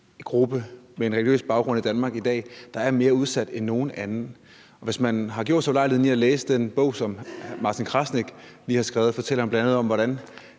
gruppe med en religiøs baggrund i Danmark i dag, der er mere udsat end nogen anden. Og hvis man har gjort sig den ulejlighed at læse den bog, som Martin Krasnik lige har skrevet, fortæller den bl.a. om, hvordan